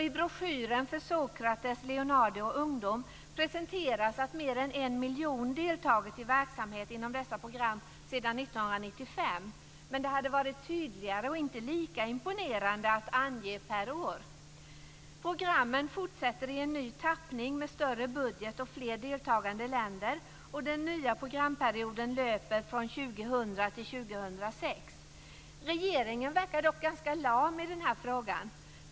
I broschyren för Sokrates, Leonardo och Ungdom presenteras att mer än en miljon deltagit i verksamhet inom dessa program sedan 1995. Det hade dock varit tydligare och inte lika imponerande att ange per år. Programmen fortsätter i ny tappning med större budget och fler deltagande länder. Den nya programperioden löper från 2000 till 2006. Regeringen verkar dock ganska lam i den här frågan.